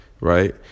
Right